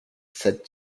said